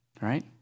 right